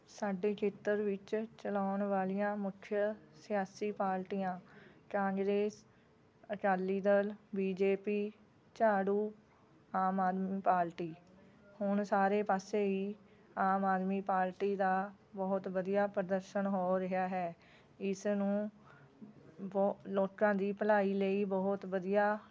ਸਾਡੇ ਖੇਤਰ ਵਿੱਚ ਚਲਾਉਣ ਵਾਲੀਆਂ ਮੁੱਖ ਸਿਆਸੀ ਪਾਰਟੀਆਂ Congress Akali Dal B J P ਝਾੜੂ ਆਦਮੀ ਪਾਲਟੀ ਹੁਣ ਸਾਰੇ ਪਾਸੇ ਹੀ ਆਮ ਆਦਮੀ ਪਾਲਟੀ ਦਾ ਬਹੁਤ ਵਧੀਆ ਪ੍ਰਦਸ਼ਨ ਹੋ ਰਿਹਾ ਹੈ ਇਸ ਨੂੰ ਬ ਲੋਕਾਂ ਦੀ ਭਲਾਈ ਲਈ ਬਹੁਤ ਵਧੀਆ